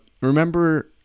remember